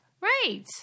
Right